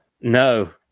no